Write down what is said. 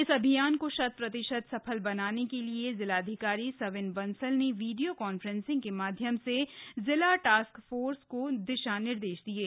इस अभियान को शत प्रतिशत सफल बनाने के लिये जिलाधिकारी सविन बंसल ने वीडियों कान्फ्रेंसिंग के माध्यम से जिला टास्क फोर्स को दिशा निर्देश दिये